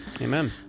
Amen